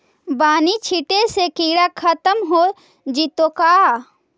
बानि छिटे से किड़ा खत्म हो जितै का?